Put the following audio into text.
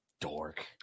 dork